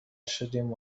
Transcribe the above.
شدیم